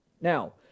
Now